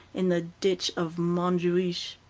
in the ditch of montjuich.